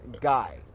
guy